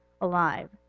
alive